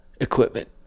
equipment